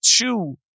two